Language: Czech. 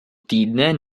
týdne